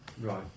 Right